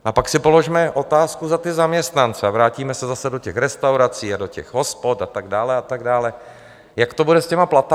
A pak si položme otázku za ty zaměstnance a vrátíme se zase do těch restaurací a do těch hospod a tak dále a tak dále jak to bude s těmi platy?